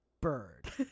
bird